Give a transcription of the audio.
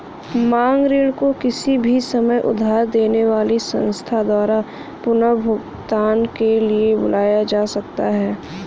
मांग ऋण को किसी भी समय उधार देने वाली संस्था द्वारा पुनर्भुगतान के लिए बुलाया जा सकता है